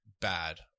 bad